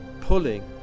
pulling